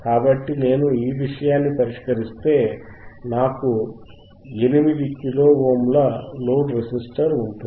కాబట్టి నేను ఈ విషయాన్ని పరిష్కరిస్తే నాకు 8 కిలో ఓమ్ ల లోడ్ రెసిస్టర్ ఉంటుంది